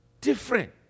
different